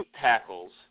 tackles